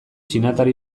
txinatar